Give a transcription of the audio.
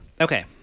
Okay